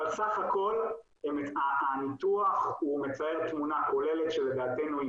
אבל סך הכול הניתוח מצייר תמונה כוללת שלדעתנו היא